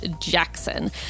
Jackson